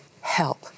help